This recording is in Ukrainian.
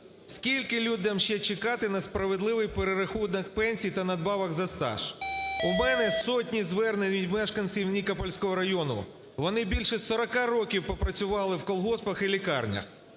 Скільки людям ще чекати на справедливий перерахунок пенсій та надбавок за стаж? У мене сотні звернень від мешканців Нікопольського району, вони більше 40 років пропрацювали в колгоспах і лікарнях.